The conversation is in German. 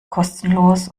kostenlos